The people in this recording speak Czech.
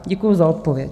Děkuju za odpověď.